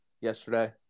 yesterday